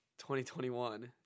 2021